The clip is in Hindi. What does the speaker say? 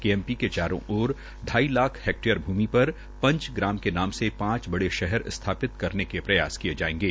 केएमपी के चारों ओर अढ़ाई लाख हैक्टेयर भूमि पर पंचग्राम के नाम से पांच बड़े शहर स्थापित करने के प्रयास किए जाएंगे